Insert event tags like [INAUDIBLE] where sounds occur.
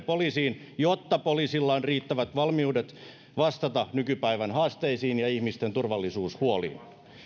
[UNINTELLIGIBLE] poliisiin jotta poliisilla on riittävät valmiudet vastata nykypäivän haasteisiin ja ihmisten turvallisuushuoliin